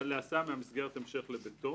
להסעה ממסגרת המשך לביתו".